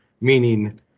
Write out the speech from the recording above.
meaning